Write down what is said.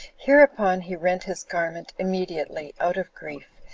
hereupon he rent his garment immediately, out of grief,